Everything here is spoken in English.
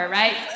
right